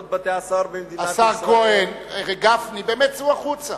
השר כהן, גפני, באמת, צאו החוצה.